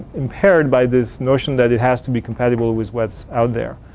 impaired by this notion that it has to be compatible with what's out there.